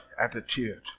attitude